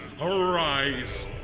arise